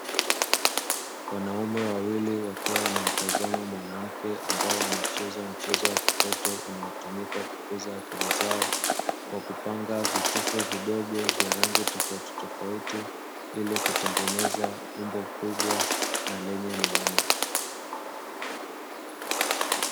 Wanaume wawili wakiwa wanamtanzama mwanamke ambao anacheza mchezo wa kitoto unatumika kukuza akili zao kwa kupanga vitufe vidogo vya rangi tofautitofauti ili kutengeneza umbo kubwa na lenye maana.